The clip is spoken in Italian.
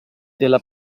della